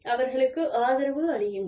அவர்களுக்கு ஆதரவு அளியுங்கள்